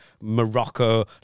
Morocco